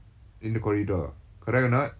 in the corridor correct or not